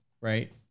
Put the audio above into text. right